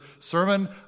sermon